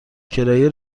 کرایه